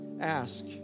ask